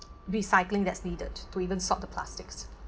recycling that's needed to even sort the plastics